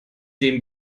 dem